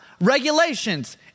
regulations